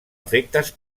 efectes